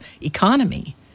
economy